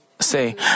say